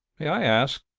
may i ask,